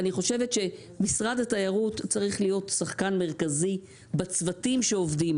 אני חושבת שמשרד התיירות צריך להיות שחקן מרכזי בצוותים שעובדים.